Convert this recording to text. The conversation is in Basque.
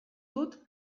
dut